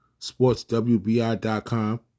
sportswbi.com